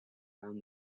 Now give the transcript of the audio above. found